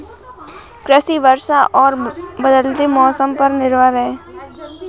कृषि वर्षा और बदलते मौसम पर निर्भर है